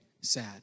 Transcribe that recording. sad